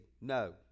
No